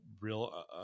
real